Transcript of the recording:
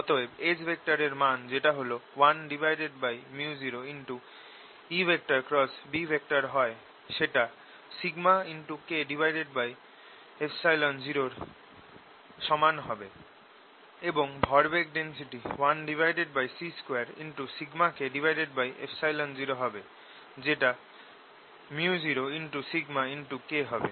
অতএব S এর মান যেটা 1µ0EB হয় সেটা σK0 এর সমান হবে এবং ভরবেগ ডেন্সিটি 1c2σK0 হবে যেটা µ0σK হবে